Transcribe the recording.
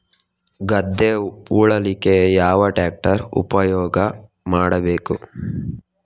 ಗದ್ದೆ ಉಳಲಿಕ್ಕೆ ಯಾವ ಟ್ರ್ಯಾಕ್ಟರ್ ಉಪಯೋಗ ಮಾಡಬೇಕು?